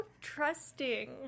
trusting